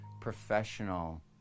professional